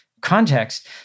context